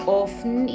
often